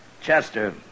Chester